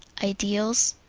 ideals.